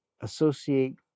associate